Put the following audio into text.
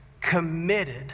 committed